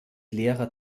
lehrer